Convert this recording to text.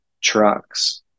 trucks